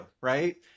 right